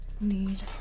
need